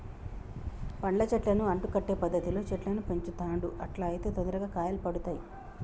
పండ్ల చెట్లను అంటు కట్టే పద్ధతిలో చెట్లను పెంచుతాండ్లు అట్లా అయితే తొందరగా కాయలు పడుతాయ్